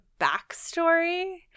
backstory